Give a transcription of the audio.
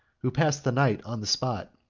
who passed the night on the spot,